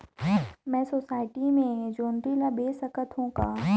मैं सोसायटी मे जोंदरी ला बेच सकत हो का?